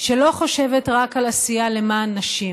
שלא חושבת רק על עשייה למען נשים,